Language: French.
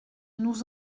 nous